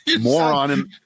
moron